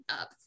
up